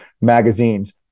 magazines